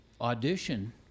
audition